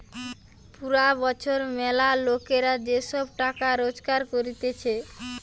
পুরা বছর ম্যালা লোকরা যে সব টাকা রোজগার করতিছে